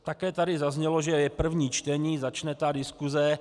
Také tady zaznělo, že je první čtení, začne diskuse.